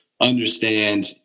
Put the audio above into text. understand